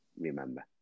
remember